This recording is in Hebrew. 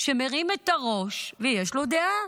שמרים את הראש ויש לו דעה.